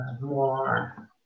more